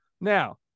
Now